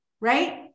right